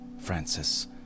Francis